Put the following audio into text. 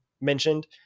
mentioned